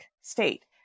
state